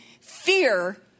Fear